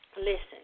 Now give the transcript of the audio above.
Listen